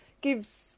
give